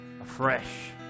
afresh